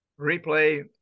replay